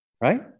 Right